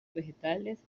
vegetales